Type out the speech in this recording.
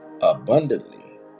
abundantly